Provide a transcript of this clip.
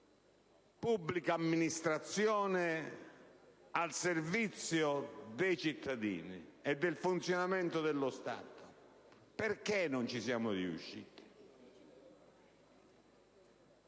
pubblica amministrazione al servizio dei cittadini e del funzionamento dello Stato? Perché non ci siamo riusciti?